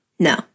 No